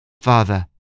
Father